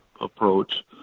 approach